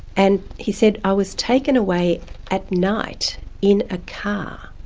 and he said, i was taken away at night in a car,